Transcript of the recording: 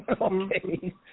Okay